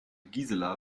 gisela